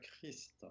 Christ